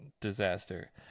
disaster